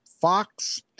Fox